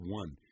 one